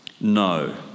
No